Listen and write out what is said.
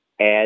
add